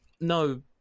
no